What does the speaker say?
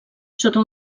sota